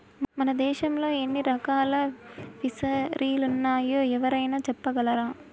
మన దేశంలో ఎన్ని రకాల ఫిసరీలున్నాయో ఎవరైనా చెప్పగలరా